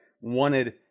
wanted